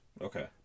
Okay